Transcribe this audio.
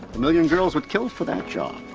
million girls would kill for that job.